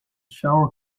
shower